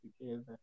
together